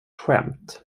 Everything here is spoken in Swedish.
skämt